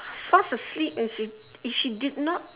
fast asleep and she she did not